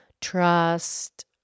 trust